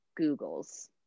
googles